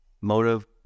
motive